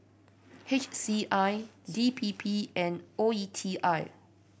H C I D P P and O E T I